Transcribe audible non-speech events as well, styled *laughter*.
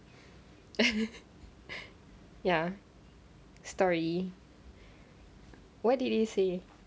*laughs* ya story what did he say